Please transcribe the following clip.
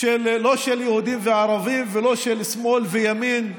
של יהודים וערבים, לא של שמאל וימין,